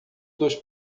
dos